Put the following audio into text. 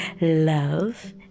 love